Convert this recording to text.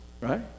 right